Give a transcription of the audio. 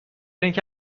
اینکه